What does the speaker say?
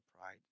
pride